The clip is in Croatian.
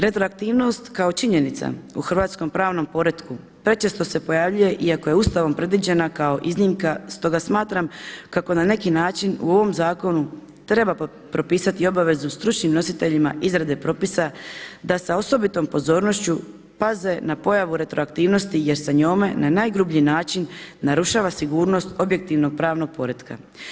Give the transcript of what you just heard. Retroaktivnost kao činjenica u hrvatskom pravnom poretku prečesto se pojavljuje iako je Ustavom predviđena kao iznimka, stoga smatram kako na neki način u ovom zakonu treba propisati obavezu stručnim nositeljima izrade propisa da sa osobitom pozornošću paze na pojavu retroaktivnosti jer se njome na najgrublji način narušava sigurnost objektivnog pravnog poretka.